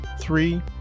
three